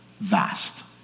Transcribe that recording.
vast